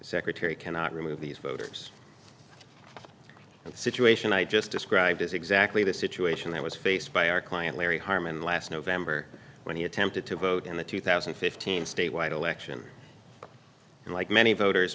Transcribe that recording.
secretary cannot remove these voters and situation i just described is exactly the situation that was faced by our client larry harmon last november when he attempted to vote in the two thousand and fifteen statewide election and like many voters